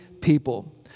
people